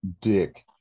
dick